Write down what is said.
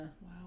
wow